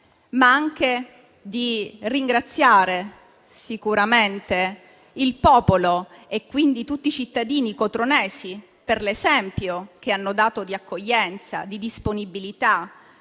ma anche di ringraziare sicuramente il popolo e, quindi, tutti i cittadini cotronesi per l'esempio che hanno dato di accoglienza, di disponibilità,